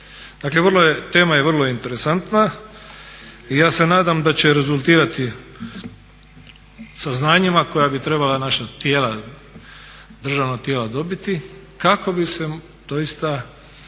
Dakle tema je vrlo interesantna i ja se nadam da će rezultirati saznanjima koja bi trebala naša tijela, državna tijela dobiti kako bi se doista spriječio